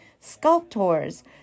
Sculptor's